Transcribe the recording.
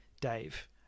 Dave